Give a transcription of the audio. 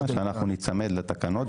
שאנחנו נצמד לתקנות,